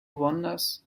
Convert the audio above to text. wanders